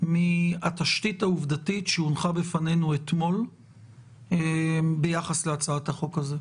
מהתשתית העובדתית שהונחה בפנינו אתמול ביחס להצעת החוק הזו.